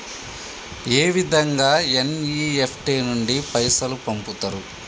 ఏ విధంగా ఎన్.ఇ.ఎఫ్.టి నుండి పైసలు పంపుతరు?